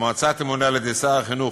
המועצה תמונה על-ידי שר החינוך